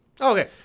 Okay